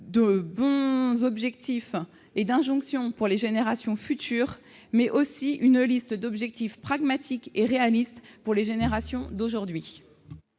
de bons sentiments et d'injonctions pour les générations futures, mais qu'elle fixe également une liste d'objectifs pragmatiques et réalistes pour les générations d'aujourd'hui.